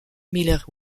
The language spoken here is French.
miller